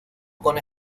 con